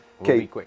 Okay